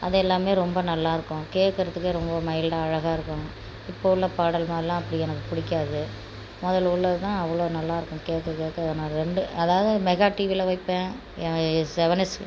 அதை எல்லாமே ரொம்ப நல்லா இருக்கும் கேட்குறதுக்கே ரொம்ப மையில்டா அழகாக இருக்கும் இப்போ உள்ள பாடல் மாதிரிலாம் அப்படி எனக்கு பிடிக்காது முதல உள்ளதுதான் அவ்வளோ நல்லா இருக்கும் கேட்க கேட்க ரெண்டு அதாவது மெகா டிவியில் வைப்பேன் எனக்கு செவென்னஸ்